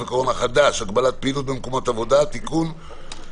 הקורונה החדש (הגבלת פעילות במקומות עבודה) (תיקון),